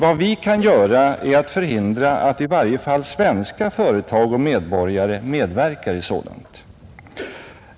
Vad vi kan göra är att förhindra att i varje fall svenska företag och medborgare medverkar i sådant.